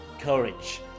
courage